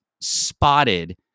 spotted